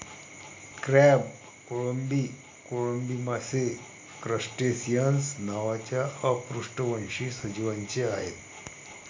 crab, कोळंबी, कोळंबी मासे क्रस्टेसिअन्स नावाच्या अपृष्ठवंशी सजीवांचे आहेत